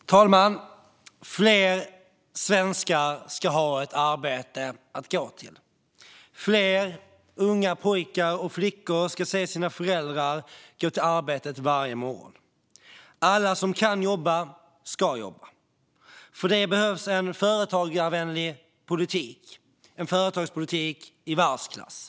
Fru talman! Fler svenskar ska ha ett arbete att gå till. Fler unga pojkar och flickor ska se sina föräldrar gå till arbetet varje morgon. Alla som kan jobba ska jobba. För det behövs en företagarvänlig politik, en företagspolitik i världsklass.